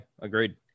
agreed